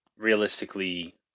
realistically